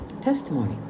testimony